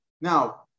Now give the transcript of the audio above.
Now